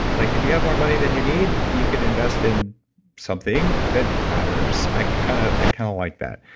like if you have more money than you need, you could invest in something that matters. i kind of ah kind of like that.